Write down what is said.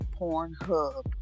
Pornhub